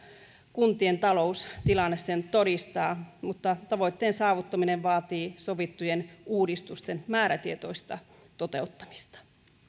kuntien taloustilanne sen todistaa mutta tavoitteen saavuttaminen vaatii sovittujen uudistusten määrätietoista toteuttamista